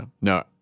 No